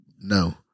no